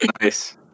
Nice